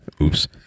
Oops